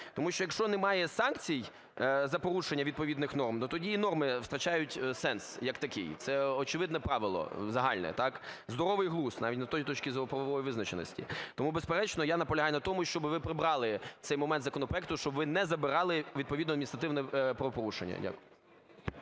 Тому що, якщо немає санкцій за порушення відповідних норм, то тоді і норми втрачають сенс як такі. Це очевидне правило загальне, так, здоровий глузд, навіть з точки зору правової визначеності. Тому, безперечно, я наполягаю на тому, щоби ви прибрали цей момент з законопроекту, щоб ви не забирали відповідно адміністративне правопорушення. Дякую.